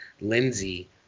Lindsey